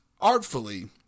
artfully